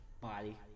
body